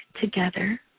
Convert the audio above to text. together